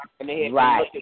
Right